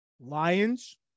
Lions